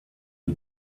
you